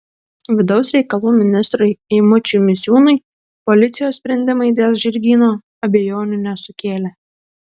vidaus reikalų ministrui eimučiui misiūnui policijos sprendimai dėl žirgyno abejonių nesukėlė